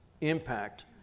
impact